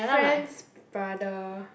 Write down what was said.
friend's brother